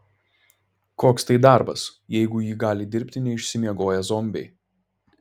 koks tai darbas jeigu jį gali dirbti neišsimiegoję zombiai